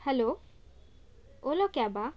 hello Ola ಕ್ಯಾಬಾ